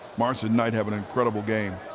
marson-knight having an incredible game.